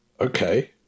Okay